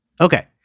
Okay